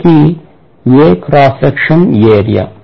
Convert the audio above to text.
core కి A cross section area